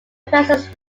precise